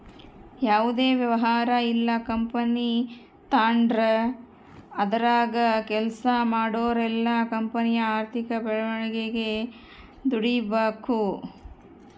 ಯಾವುದೇ ವ್ಯವಹಾರ ಇಲ್ಲ ಕಂಪನಿ ತಾಂಡ್ರು ಅದರಾಗ ಕೆಲ್ಸ ಮಾಡೋರೆಲ್ಲ ಕಂಪನಿಯ ಆರ್ಥಿಕ ಬೆಳವಣಿಗೆಗೆ ದುಡಿಬಕು